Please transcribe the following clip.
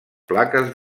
plaques